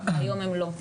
היום הם לא,